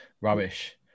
rubbish